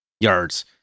yards